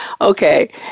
Okay